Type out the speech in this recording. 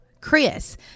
chris